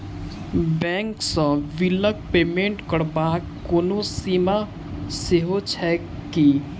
Bank सँ बिलक payment करबाक कोनो सीमा सेहो छैक की?